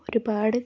ഒരുപാട്